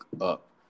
up